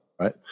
right